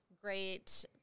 great